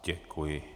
Děkuji.